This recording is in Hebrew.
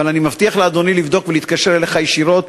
אבל אני מבטיח לאדוני לבדוק ולהתקשר אליך ישירות.